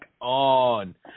on